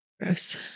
Gross